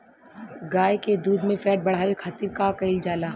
गाय के दूध में फैट बढ़ावे खातिर का कइल जाला?